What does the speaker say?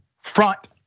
front